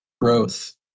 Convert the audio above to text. growth